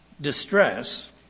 distress